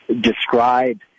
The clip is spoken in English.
describe